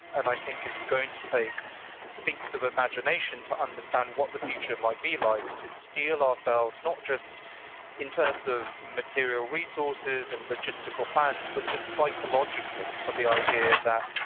and i think it's going to take feats of imagination to understand what the future might be like to steel ourselves, not just in terms of material resources and logistical plans, but just psychologically for the idea that,